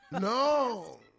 No